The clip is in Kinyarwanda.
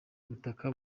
ubutaka